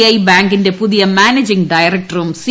I ബാങ്കിന്റെ പുതിയ managing ഡയറക്ടറും സി